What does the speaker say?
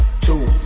Two